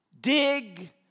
dig